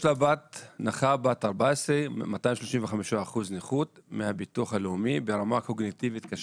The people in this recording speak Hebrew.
יש לה בת נכה בת 14 עם 235% נכות מהביטוח הלאומי ברמה קוגניטיבית קשה.